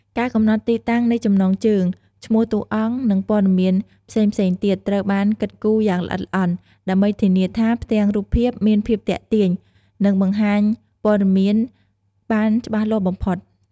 ការកំណត់ទីតាំងនៃចំណងជើង ឈ្មោះតួអង្គ និងព័ត៌មានផ្សេងៗទៀត ត្រូវបានគិតគូរយ៉ាងល្អិតល្អន់ ដើម្បីធានាថាផ្ទាំងរូបភាពមានភាពទាក់ទាញ និងបង្ហាញព័ត៌មានបានច្បាស់លាស់បំផុត ។